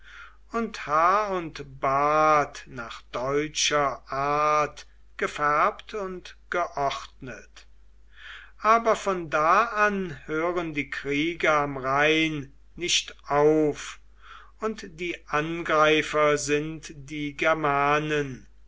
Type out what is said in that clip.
und haar und bart nach deutscher art gefärbt und geordnet aber von da an hören die kriege am rhein nicht auf und die angreifer sind die germanen